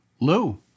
Lou